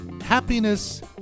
Happiness